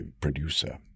producer